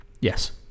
Yes